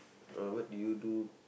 uh what do you do